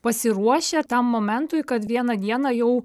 pasiruošę tam momentui kad vieną dieną jau